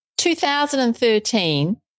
2013